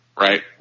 Right